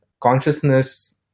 Consciousness